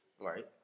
Right